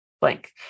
blank